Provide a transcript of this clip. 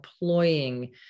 employing